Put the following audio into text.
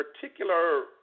particular